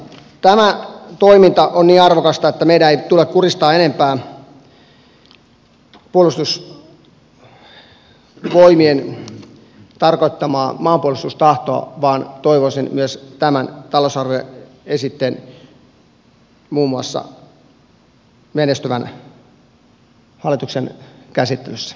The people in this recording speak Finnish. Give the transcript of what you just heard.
tämä toiminta on niin arvokasta että meidän ei tule kuristaa enempää puolustusvoimien tarkoittamaa maanpuolustustahtoa vaan toivoisin myös muun muassa tämän talousarvioesityksen menestyvän hallituksen käsittelyssä